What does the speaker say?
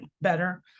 better